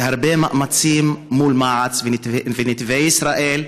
הרבה מאמצים מול מע"צ ונתיבי ישראל,